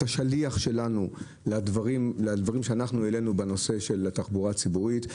אתה שליח שלנו לדברים שאנחנו העלינו בנושא של התחבורה הציבורית.